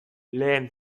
lehen